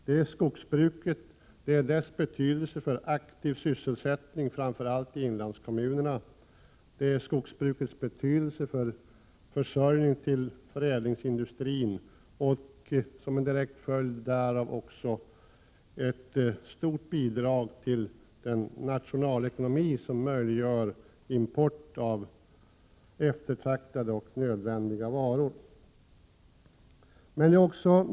Det är skogsbruket. Skogsbruket har stor betydelse för aktiv sysselsättning, framför allt i inlandskommunerna. Skogsbruket har betydelse för försörjning av förädlingsindustrin, och som en direkt följd därav ger den också ett stort bidrag till den nationalekonomi som möjliggör import av eftertraktade och nödvändiga varor.